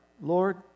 Lord